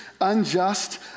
unjust